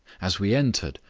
as we entered,